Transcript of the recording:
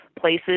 places